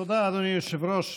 תודה, אדוני היושב-ראש.